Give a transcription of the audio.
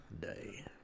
Day